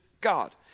God